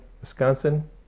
Wisconsin